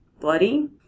bloody